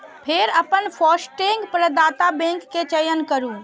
फेर अपन फास्टैग प्रदाता बैंक के चयन करू